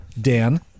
Dan